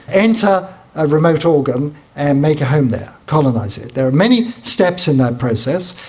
enter a remote organ and make a home there, colonise it. there are many steps in that process.